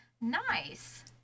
Nice